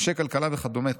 אנשי כלכלה וכדומה,